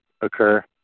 occur